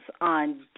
on